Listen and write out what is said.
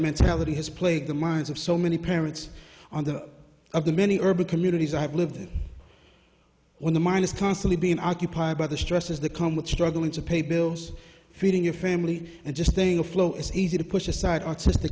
mentality has played the minds of so many parents on the of the many urban communities i've lived in when the mind is constantly being occupied by the stresses the come with struggling to pay bills feeding your family and just staying afloat it's easy to push